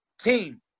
team